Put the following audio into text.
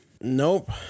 Nope